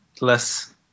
less